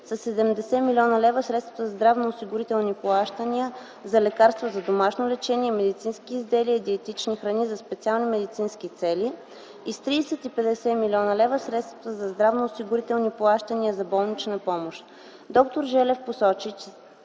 70 млн. лв. – средствата за здравноосигурителни плащания за лекарства за домашно лечение, медицински изделия и диетични храни за специални медицински цели и с 350 млн. лв. – средствата за здравноосигурителни плащания за болнична помощ. Доктор Желев посочи,